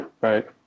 Right